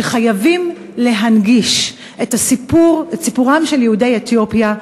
שחייבים להנגיש את סיפורם של יהודי אתיופיה,